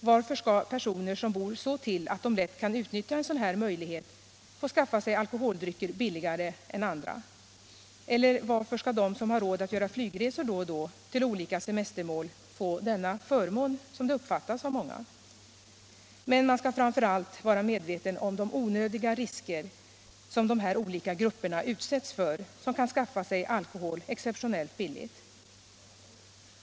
Varför skall personer som bor så till att de lätt kan utnyttja en sådan här möjlighet få skaffa sig alkoholdrycker billigare än andra? Eller varför skall de som har råd att göra flygresor då och då till olika semestermål få denna förmån, som det uppfattas av många? Men man skall framför allt vara medveten om de onödiga risker som de här olika grupperna utsätts för som kan skaffa sig alkohol exceptionellt billigt.